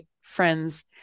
friend's